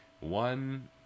One